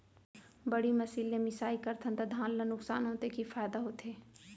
बड़ी मशीन ले मिसाई करथन त धान ल नुकसान होथे की फायदा होथे?